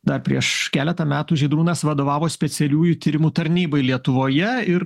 dar prieš keletą metų žydrūnas vadovavo specialiųjų tyrimų tarnybai lietuvoje ir